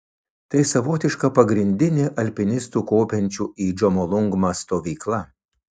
tai savotiška pagrindinė alpinistų kopiančių į džomolungmą stovykla